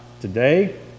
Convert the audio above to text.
Today